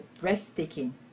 breathtaking